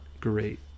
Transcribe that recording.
great